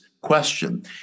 question